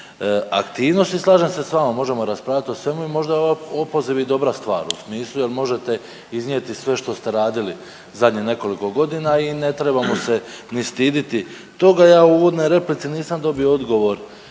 aktivnost. I slažem se s vama možemo raspravljati o svemu i možda je ovaj opoziv i dobra stvar u smislu jer možete iznijeti sve što ste radili zadnje nekoliko godina i ne trebamo se ni stiditi toga. Ja u uvodnoj replici nisam dobio odgovor